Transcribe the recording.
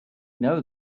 know